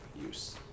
use